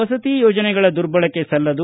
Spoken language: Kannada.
ವಸತಿ ಯೋಜನೆಗಳ ದುರ್ಬಳಕೆ ಸಲ್ಲದು